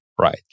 right